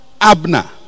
Abner